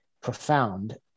profound